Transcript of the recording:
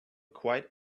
quite